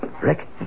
Rick